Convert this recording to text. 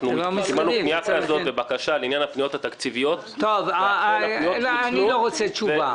אנחנו קיבלנו בקשה לעניין הפניות התקציביות --- אני לא רוצה תשובה.